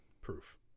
proof